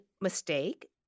mistake